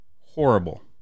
horrible